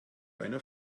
einer